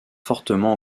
fortement